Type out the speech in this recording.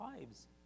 lives